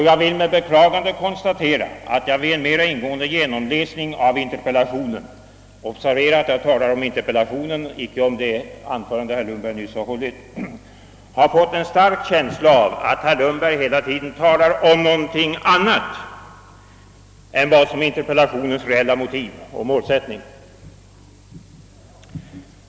Jag vill med beklagande konstatera att jag vid en mera ingående genomläsning av interpellationen — observera att jag talar om interpellationen och inte om det anförande herr Lundberg nyss höll — har fått en stark känsla av att herr Lundberg hela tiden talar om någonting annat än vad som är interpellationens formella motiv och målsättning.